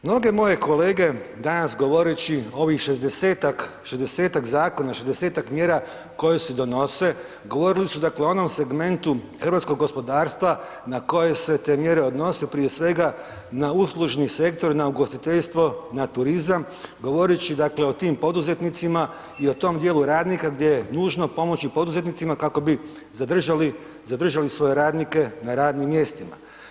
Mnoge moje kolege danas govoreći o ovih 60-tak, 60-tak zakona, 60-tak mjera koje se donose, govorili su, dakle o onom segmentu hrvatskog gospodarstva na koje se te mjere odnose, prije svega na uslužni sektor, na ugostiteljstvo, na turizam, govoreći, dakle o tim poduzetnicima i o tom dijelu radnika gdje je nužno pomoći poduzetnicima kako bi zadržali, zadržali svoje radnike na radnim mjestima.